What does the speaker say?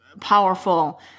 powerful